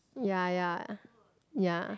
ya ya ya